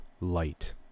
light